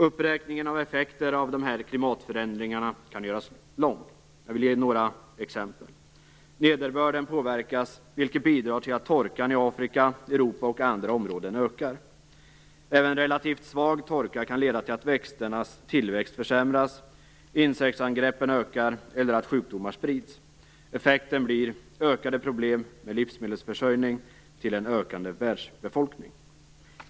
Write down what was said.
Uppräkningen av effekter av klimatförändringarna kan göras lång. Jag vill ge några exempel. Nederbörden påverkas, vilket bidrar till att torkan i Afrika, Europa och i andra områden ökar. Även relativt svag torka kan leda till att växternas tillväxt försämras, insektsangreppen ökar eller att sjukdomar sprids. Effekten blir ökade problem med livsmedelsförsörjning till en ökande världsbefolkning.